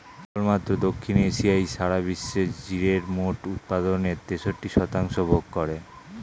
কেবলমাত্র দক্ষিণ এশিয়াই সারা বিশ্বের জিরের মোট উৎপাদনের তেষট্টি শতাংশ ভোগ করে